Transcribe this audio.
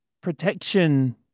protection